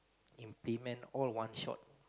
implement all one shot